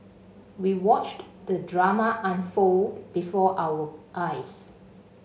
we watched the drama unfold before our eyes